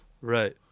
Right